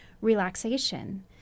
relaxation